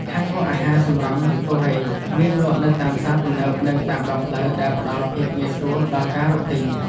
ហាងលក់អាហារសម្រន់កូរ៉េមានលក់នៅតាមផ្សារទំនើបនិងតាមដងផ្លូវដែលផ្តល់ភាពងាយស្រួលដល់ការរកទិញ។